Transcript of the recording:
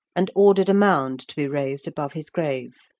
and ordered a mound to be raised above his grave.